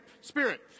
spirit